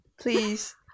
please